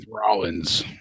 rollins